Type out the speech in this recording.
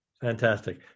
Fantastic